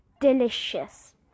delicious